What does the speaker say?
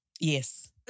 Yes